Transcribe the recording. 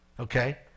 Okay